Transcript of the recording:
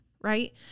right